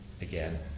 again